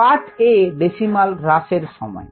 part a decimal এর হ্রাস এর সময়